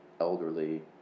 elderly